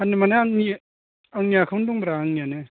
फाननो मानि आंनि आंनि आखायावनो दङब्रा आंनियानो